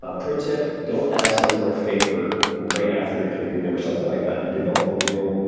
ah pro tip don't ask them for a favor right after interviewing them, or something like that. develop a real,